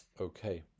Okay